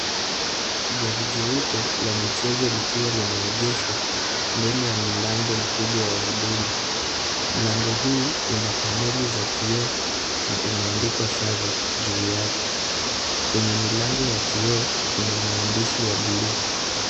Gari jeupe la michezo likiwa limeegeshwa mbele ya mlango mkubwa wa huduma. Mlango huu una paneli za kioo na umeandikwa Service juu yake. Kwenye milango ya kioo, kuna maandishi ya buluu.